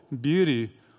beauty